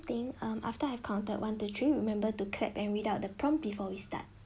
think um after I counted one two three remember to clap and read out the prompt before we start